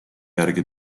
järgi